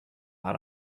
har